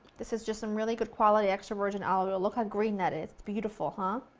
this is just some really good quality extra virgin olive oil. look how green that is, it's beautiful, huh?